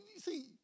see